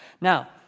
Now